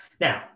Now